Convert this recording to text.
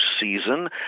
season